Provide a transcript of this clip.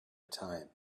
time